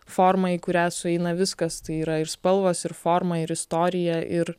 forma į kurią sueina viskas tai yra ir spalvos ir forma ir istorija ir